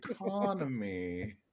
autonomy